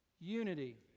Unity